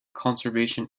conservation